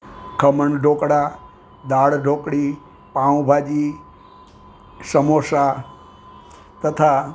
ખમણ ઢોકળા દાળ ઢોકળી પાઉંભાજી સમોસાં તથા